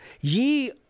Ye